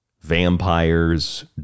vampires